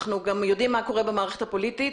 אנחנו גם יודעים מה קורה במערכת הפוליטית.